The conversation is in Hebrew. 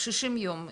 60 יום יציאה,